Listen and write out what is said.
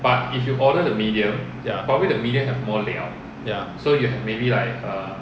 ya ya